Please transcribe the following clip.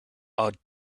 ought